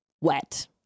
wet